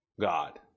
God